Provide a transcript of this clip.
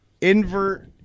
invert